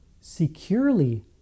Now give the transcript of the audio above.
Securely